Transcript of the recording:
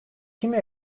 kimi